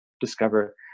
discover